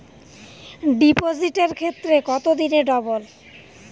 ডিপোজিটের ক্ষেত্রে কত দিনে ডবল?